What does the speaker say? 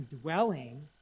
dwelling